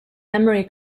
memory